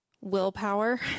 willpower